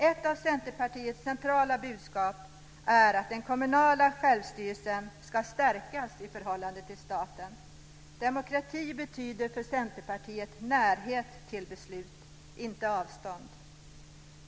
Ett av Centerpartiets centrala budskap är att den kommunala självstyrelsen ska stärkas i förhållande till staten. Demokrati betyder för Centerpartiet närhet till beslut, inte avstånd.